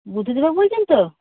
বুদ্ধদেব বাবু বলছেন তো